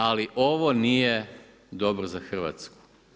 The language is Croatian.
Ali ovo nije dobro za Hrvatsku.